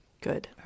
Good